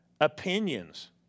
Opinions